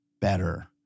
better